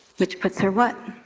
which puts her, what,